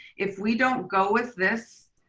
if we don't go with this,